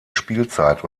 spielzeit